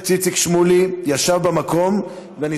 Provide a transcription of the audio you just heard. אנחנו במצב שמי שיסכים להיות מ"פ או